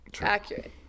accurate